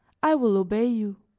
i will obey you.